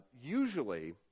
usually